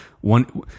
one